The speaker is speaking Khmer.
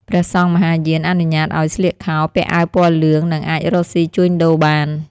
ព្រះសង្ឃមហាយានអនុញ្ញាតឱ្យស្លៀកខោ ពាក់អាវពណ៌លឿង និងអាចរកស៊ីជួញដូរបាន។